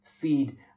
feed